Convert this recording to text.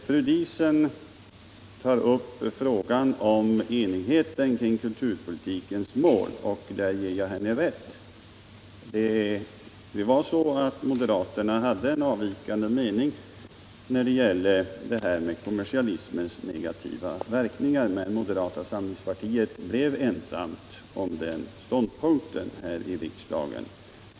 Fru Diesen tog upp frågan om enigheten om kulturpolitikens mål, och där ger jag henne rätt. Moderaterna hade en avvikande mening beträffande kommersialismens negativa verkningar, men moderata samlingspartiet blev ensamt om sin ståndpunkt här i riksdagen.